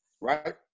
Right